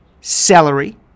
celery